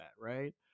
right